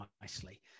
nicely